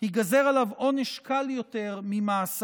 ייגזר עליו עונש קל יותר ממאסר.